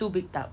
two big tubs